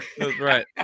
Right